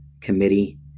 committee